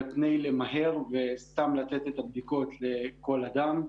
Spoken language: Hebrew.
פני מהירות וסתם לתת את הבדיקות לכל אדם.